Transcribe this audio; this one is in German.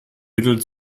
mittel